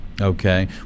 Okay